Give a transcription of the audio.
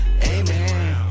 Amen